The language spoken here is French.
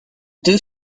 deux